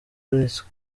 beretswe